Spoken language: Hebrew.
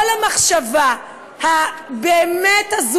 כל המחשבה הבאמת-הזויה,